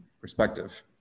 perspective